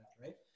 right